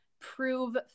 prove